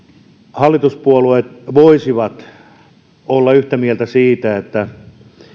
hallituspuolueet voisivat olla yhtä mieltä siitä että